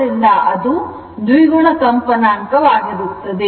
ಅದು ದ್ವಿಗುಣ ಕಂಪನಾಂಕ ವಾಗಿರುತ್ತದೆ